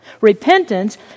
Repentance